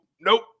nope